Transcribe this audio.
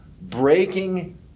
breaking